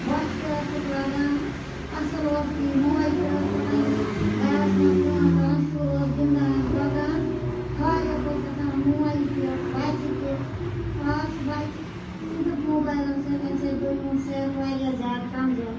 بۄچھِ تہِ ٲسٕکھ لَگان اَصل ٲسۍ تی موج تہِ ٲسۍ توٚتانۍ گَرَس مَنٛز کٲم کَران شُر اوس گِنٛدان درۄکان فاریگ اوس آسان موج تہِ بَچِہ تہِ آز چھُ بَچہِ صرف موبایلَن سۭتۍ امہِ سۭتۍ گوٚو یُہُنٛد صحت واریاہ زیادٕ کَمزور